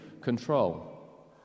control